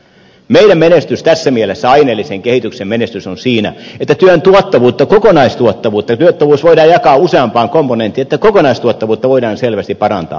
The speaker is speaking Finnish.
meidän menestys tässä mielessä aineellisen kehityksen menestys on siinä että työn tuottavuutta kokonaistuottavuutta tuottavuus voidaan jakaa useampaan komponenttiin voidaan selvästi parantaa